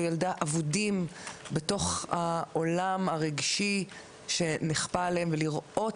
או ילדה אבודים בתוך העולם הרגשי שנכפה עליהם ולראות